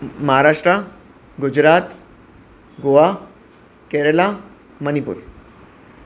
Maharashtra Gujarat Goa Kerala Manipur